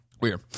Weird